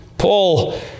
Paul